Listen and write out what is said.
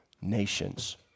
nations